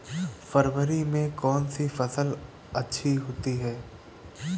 फरवरी में कौन सी फ़सल अच्छी होती है?